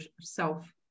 self